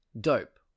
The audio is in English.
Dope